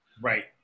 Right